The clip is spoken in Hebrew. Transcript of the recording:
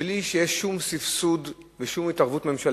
בלי שיש שום סבסוד ושום התערבות ממשלתית,